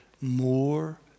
more